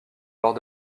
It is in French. lors